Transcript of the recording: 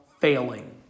failing